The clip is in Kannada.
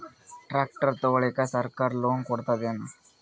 ಟ್ರ್ಯಾಕ್ಟರ್ ತಗೊಳಿಕ ಸರ್ಕಾರ ಲೋನ್ ಕೊಡತದೇನು?